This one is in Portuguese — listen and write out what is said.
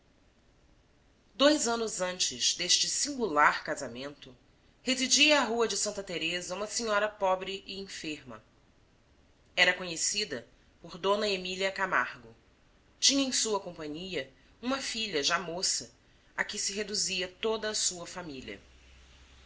dois anos antes deste singular casamento residia à rua de santa teresa uma senhora pobre e enferma era conhecida por d emília camargo tinha em sua companhia uma filha já moça a que se reduzia toda a sua família